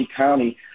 County